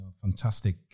fantastic